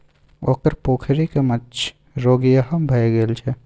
ओकर पोखरिक माछ रोगिहा भए गेल छै